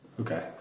Okay